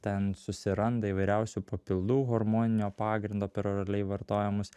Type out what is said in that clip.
ten susiranda įvairiausių papildų hormoninio pagrindo peroraliai vartojamus